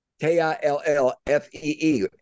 K-I-L-L-F-E-E